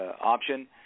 option